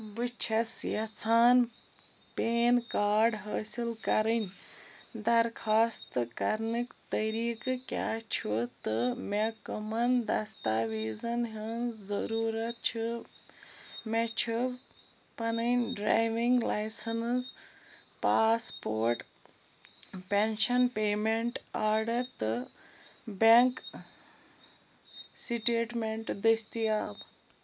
بہٕ چھَس یژھان پین کارڈ حٲصِل کَرٕنۍ درخواستہٕ کَرنٕکۍ طریٖقہٕ کیٛاہ چھُ تہٕ مےٚ کمَن دَستاویٖزَن ہِنٛز ضٔروٗرَتھ چھِ مےٚ چھُ پَنٕنۍ driving licence passport pension payment order تہٕ بیٚنٛک سِٹیٹمیںٛٹ دستیاب